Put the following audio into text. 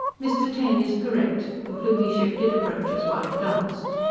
mr. taine is correct. the plumie ship did approach us while it danced.